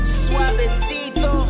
suavecito